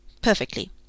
Perfectly